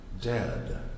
dead